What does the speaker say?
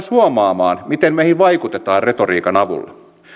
huomaamaan miten meihin vaikutetaan retoriikan avulla